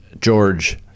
George